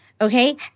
okay